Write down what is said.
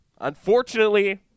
unfortunately